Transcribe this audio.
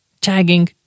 Tagging